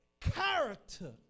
character